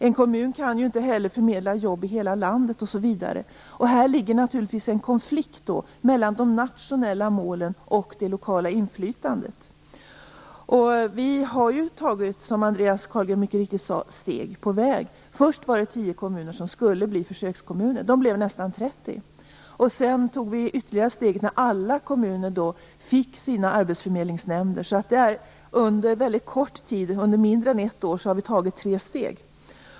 En kommun kan inte heller förmedla jobb i hela landet osv., och här ligger naturligtvis en konflikt mellan de nationella målen och det lokala inflytandet. Vi har ju, som Andreas Carlgren mycket riktigt sade, tagit steg på vägen. Först var det tio kommuner som skulle bli försökskommuner. De blev nästan 30. Sedan tog vi ytterligare steg, när alla kommuner fick sina arbetsförmedlingsnämnder. Under mindre än ett år har vi alltså tagit tre steg.